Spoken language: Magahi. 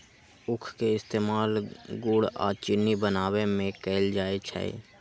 उख के इस्तेमाल गुड़ आ चिन्नी बनावे में कएल जाई छई